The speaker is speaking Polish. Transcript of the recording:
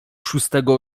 szóstego